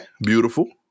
beautiful